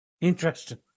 Interesting